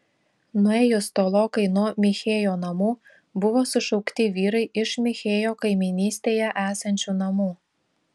nuėjus tolokai nuo michėjo namų buvo sušaukti vyrai iš michėjo kaimynystėje esančių namų